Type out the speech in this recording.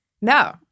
No